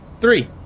Three